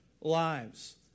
lives